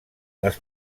les